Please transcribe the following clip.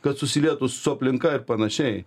kad susilietų su aplinka ir panašiai